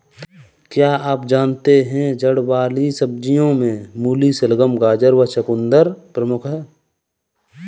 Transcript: क्या आप जानते है जड़ वाली सब्जियों में मूली, शलगम, गाजर व चकुंदर प्रमुख है?